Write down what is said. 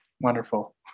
Wonderful